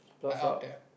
I out of depth